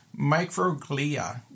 microglia